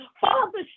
Father